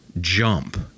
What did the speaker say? jump